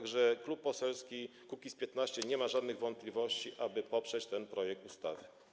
Klub Poselski Kukiz’15 nie ma żadnych wątpliwości, aby poprzeć ten projekt ustawy.